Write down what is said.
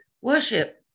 worship